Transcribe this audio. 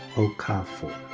okafor.